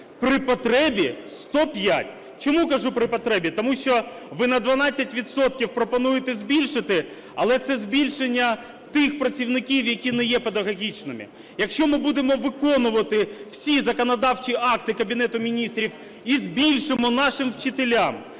при потребі 105. Чому кажу при потребі? Тому що ви на 12 відсотків пропонуєте збільшити, але це збільшення тих працівників, які не є педагогічними. Якщо ми будемо виконувати всі законодавчі акти Кабінету Міністрів і збільшимо нашим вчителям,